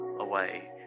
away